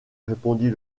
répondit